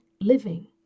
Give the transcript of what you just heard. living